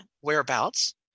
Whereabouts